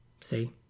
see